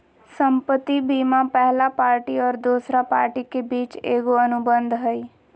संपत्ति बीमा पहला पार्टी और दोसर पार्टी के बीच एगो अनुबंध हइ